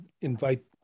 invite